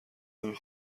نمی